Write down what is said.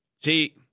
See